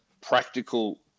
practical